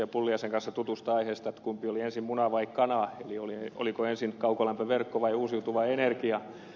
pulliaisen kanssa tutusta aiheesta kumpi oli ensin muna vai kana eli oliko ensin kaukolämpöverkko vai uusiutuva energia